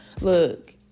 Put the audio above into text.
look